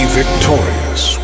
victorious